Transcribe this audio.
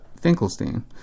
Finkelstein